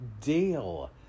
deal